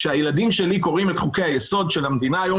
כשהילדים שלי קוראים את חוקי היסוד של המדינה היום,